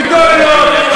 גדולות,